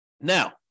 Now